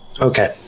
Okay